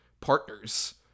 partners